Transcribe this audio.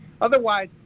Otherwise